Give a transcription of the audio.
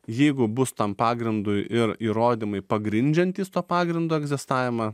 jeigu bus tam pagrindui ir įrodymai pagrindžiantys to pagrindo egzistavimą